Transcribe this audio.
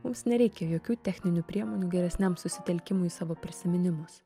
mums nereikia jokių techninių priemonių geresniam susitelkimui į savo prisiminimus